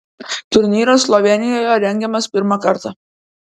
turnyras slovėnijoje rengiamas pirmą kartą